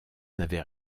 n’avait